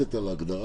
מחלוקת על ההגדרה.